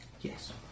Yes